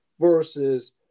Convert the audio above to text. Versus